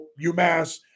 UMass